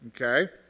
Okay